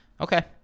Okay